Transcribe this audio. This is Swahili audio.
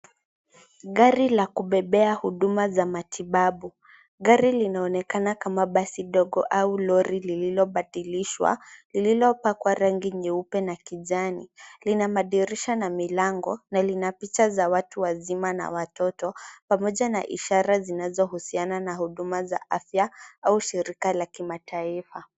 Gari la kubebea huduma za matibabu gari linaonekana kama basi ndogo au Lori lililo badilishwa lililopakwa rangi nyeupe na kijani ,Lina madirisha na milango na Lina picha za watu wazima na watoto pamoja na ishara zinazohusiana na huduma za afya au shirikaa la kimataifa.